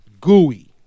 Gooey